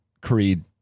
Creed